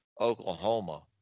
Oklahoma